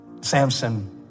Samson